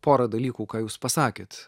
pora dalykų ką jūs pasakėt